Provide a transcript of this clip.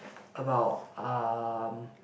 about um